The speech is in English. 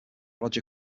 roger